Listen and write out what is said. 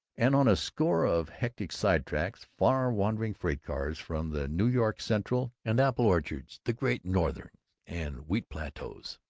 and, on a score of hectic side-tracks, far-wandering freight-cars from the new york central and apple orchards, the great northern and wheat-plateaus,